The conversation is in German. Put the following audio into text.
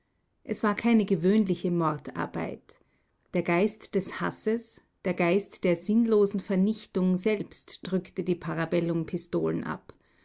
es war keine gewöhnliche mordarbeit der geist des hasses der geist der sinnlosen vernichtung selbst drückte die parabellumpistolen ab